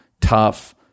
tough